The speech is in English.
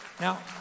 now